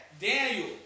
Daniel